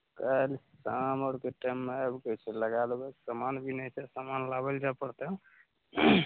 काल्हि शाम आओरके टाइममे आबिके छै लगा देबै समान भी नहि छै समान लाबै ले जाए पड़तै